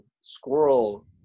squirrel